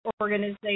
organization